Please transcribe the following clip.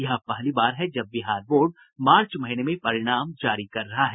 यह पहली बार है जब बिहार बोर्ड मार्च महीने में परिणाम जारी कर रहा है